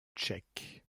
tchèque